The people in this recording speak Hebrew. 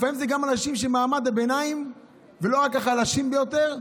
לפעמים זה גם אנשים ממעמד הביניים ולא רק החלשים ביותר,